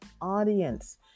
audience